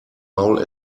maul